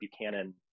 Buchanan